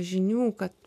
žinių kad